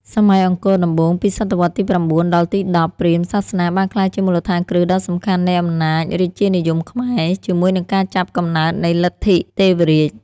សម័យអង្គរដំបូង ពីសតវត្សរ៍ទី ៩ ដល់ទី ១០ ព្រាហ្មណ៍សាសនាបានក្លាយជាមូលដ្ឋានគ្រឹះដ៏សំខាន់នៃអំណាចរាជានិយមខ្មែរ ជាមួយនឹងការចាប់កំណើតនៃ លទ្ធិទេវរាជ។